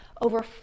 over